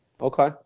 Okay